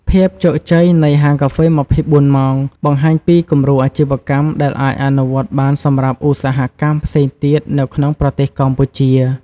ភាពជោគជ័យនៃហាងកាហ្វេ ២៤ ម៉ោង បង្ហាញពីគំរូអាជីវកម្មដែលអាចអនុវត្តបានសម្រាប់ឧស្សាហកម្មផ្សេងទៀតនៅក្នុងប្រទេសកម្ពុជា។